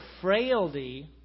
frailty